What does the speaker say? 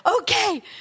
Okay